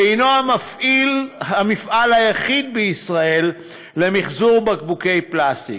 שהוא המפעל היחיד בישראל למחזור בקבוקי פלסטיק.